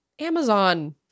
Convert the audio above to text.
Amazon